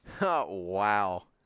wow